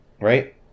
Right